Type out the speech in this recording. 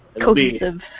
Cohesive